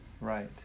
Right